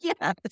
Yes